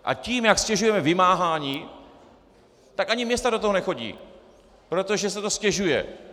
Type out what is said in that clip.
A tím, jak ztěžujeme vymáhání, tak ani města do toho nechodí, protože se to ztěžuje.